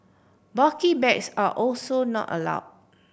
bulky bags are also not allow